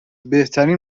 بهترین